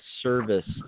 service